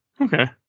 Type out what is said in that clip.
okay